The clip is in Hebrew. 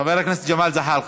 חבר הכנסת ג'מאל זחאלקה.